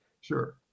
sure